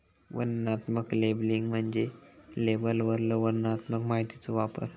वर्णनात्मक लेबलिंग म्हणजे लेबलवरलो वर्णनात्मक माहितीचो वापर